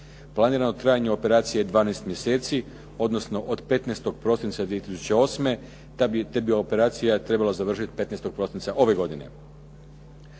Planirano trajanje operacije je 12 mjeseci odnosno od 15. prosinca 2008. te bi operacija trebala završiti 15. prosinca ove godine.